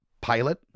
pilot